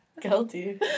Guilty